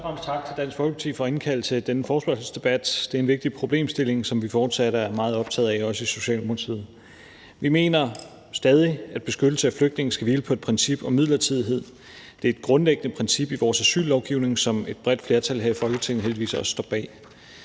tak til Dansk Folkeparti for at indkalde til denne forespørgselsdebat. Det er en vigtig problemstilling, som vi fortsat er meget optagede af, også i Socialdemokratiet. Vi mener stadig, at beskyttelse af flygtninge skal hvile på et princip om midlertidighed. Det er et grundlæggende princip i vores asyllovgivning, som et bredt flertal her i Folketinget heldigvis også står bag.